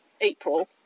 April